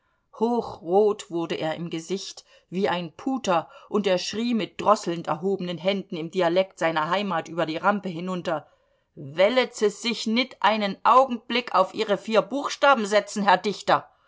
hochrot wurde er im gesicht wie ein puter und er schrie mit drosselnd erhobenen händen im dialekt seiner heimat über die rampe hinunter wellet se sich nit einen augenblick auf ihre vier buchstaben setzen herr dichter